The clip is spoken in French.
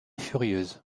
furieuse